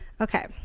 okay